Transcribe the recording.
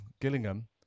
Gillingham